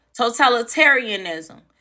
totalitarianism